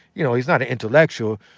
you know he's not an intellectual,